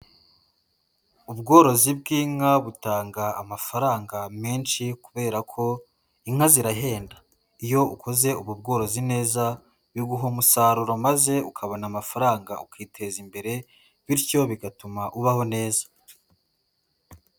Ubworozi bw'inka butanga amafaranga menshi kubera ko inka zirahenda, iyo ukoze ubu bworozi neza biguha umusaruro maze ukabona amafaranga ukiteza imbere, bityo bigatuma ubaho neza.